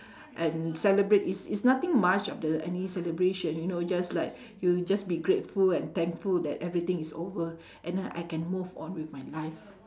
and celebrate is is nothing much of the any celebration you know just like you just be grateful and thankful that everything is over and uh I can move on with my life